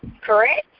correct